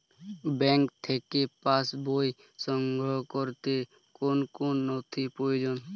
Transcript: Bank থেকে pass বই সংগ্রহ করতে কোন কোন নথি প্রয়োজন?